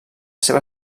seva